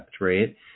right